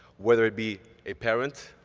whether it be a parent,